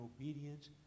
obedience